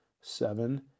seven